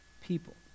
people